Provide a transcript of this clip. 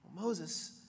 Moses